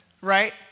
right